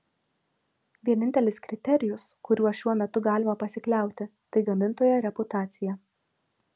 vienintelis kriterijus kuriuo šiuo metu galima pasikliauti tai gamintojo reputacija